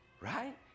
right